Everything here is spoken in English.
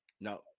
No